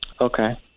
Okay